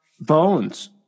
Bones